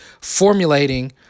formulating